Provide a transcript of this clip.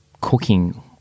cooking